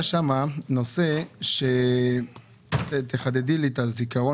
בקרנות ריט היה נושא - תחדדי את זיכרוני